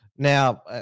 Now